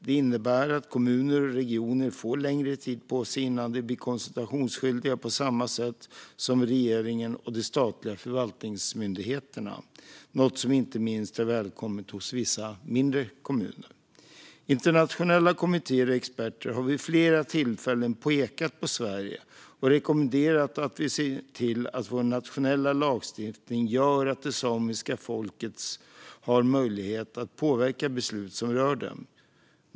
Det innebär att kommuner och regioner får längre tid på sig innan de blir konsultationsskyldiga på samma sätt som regeringen och de statliga förvaltningsmyndigheterna, något som inte minst är välkommet hos vissa mindre kommuner. Internationella kommittéer och experter har vid flera tillfällen pekat på Sverige och rekommenderat att vi ser till att vår nationella lagstiftning gör att det samiska folket har möjlighet att påverka beslut som rör dem.